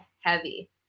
heavy